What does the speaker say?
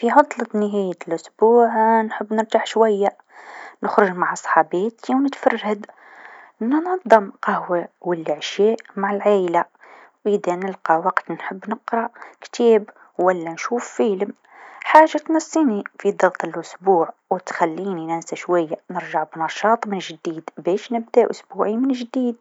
في عطلة نهاية الأسبوع نحب نرتاح شويا، نخرج مع صحاباتي و نتفرج هاذ، ننظم القهوا و العشاء مع العايله و إذا نلقى وقت نحب تقرا كتاب و لا نشوف فيلم، حاجة تنسيني في ضغط الأسبوع و تخليني ننسى شويا و نرجع بنشاط من لجديد باش نبدأ أسبوعي من لجديد.